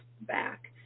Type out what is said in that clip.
back